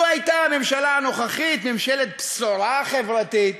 לו הייתה הממשלה הנוכחית ממשלת בשורה חברתית,